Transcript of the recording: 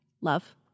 love